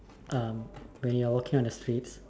um when you're walking on the street